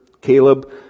Caleb